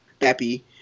happy